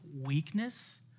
weakness